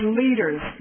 leaders